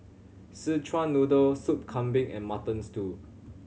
Szechuan Noodle Soup Kambing and Mutton Stew